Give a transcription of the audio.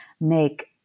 make